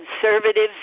conservatives